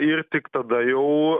ir tik tada jau